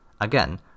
Again